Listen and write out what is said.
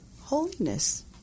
holiness